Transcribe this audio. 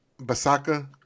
Basaka